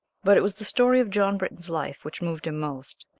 but it was the story of john britton's life which moved him most.